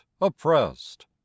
oppressed